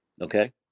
Okay